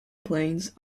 planes